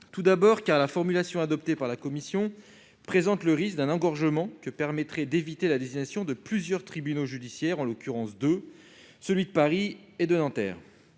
D'abord, la formulation adoptée par la commission présente le risque d'un engorgement que permettrait d'éviter la désignation de plusieurs tribunaux judiciaires, en l'occurrence deux : celui de Paris et celui de Nanterre.